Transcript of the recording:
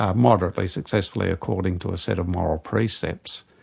ah moderately successfully according to a set of moral precepts,